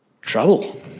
trouble